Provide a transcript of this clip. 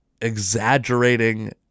exaggerating